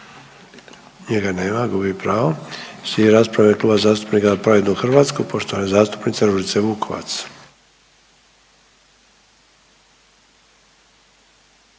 njega nema gubi pravo. Slijedi rasprava u ime Kluba zastupnika Za pravednu Hrvatsku, poštovane zastupnice Ružice Vukovac.